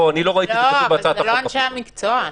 אבל זה לא אנשי המקצוע.